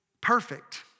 perfect